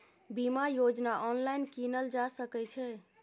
बीमा योजना ऑनलाइन कीनल जा सकै छै?